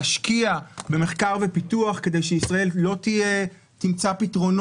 להשקיע במחקר ופיתוח כדי שישראל לא תמצא פתרונות